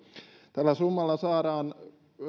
tällä summalla saadaan